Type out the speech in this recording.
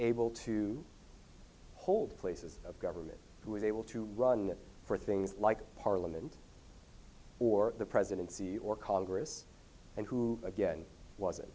able to hold places of government who was able to run for things like parliament or the presidency or congress and who again was it